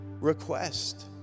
Request